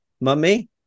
Mummy